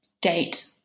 date